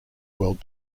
world